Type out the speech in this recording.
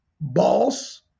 boss